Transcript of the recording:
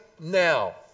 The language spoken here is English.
now